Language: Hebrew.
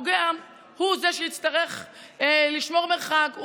הפוגע הוא זה שיצטרך לשמור מרחק.